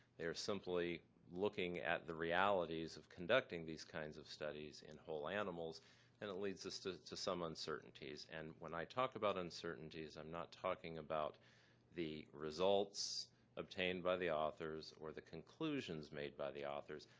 they're simply looking at the realities of conducting these kinds of studies in whole animals and it leads us to to some uncertainties. and when i talk about uncertainties, i'm not talking about the results obtained by the authors or the conclusions made by the authors,